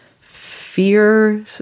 fear